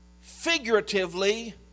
figuratively